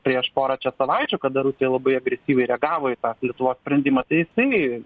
prieš porą čia savaičių kada rusija labai agresyviai reagavo į tą lietuvos sprendimą tai jisai